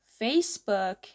Facebook